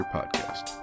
Podcast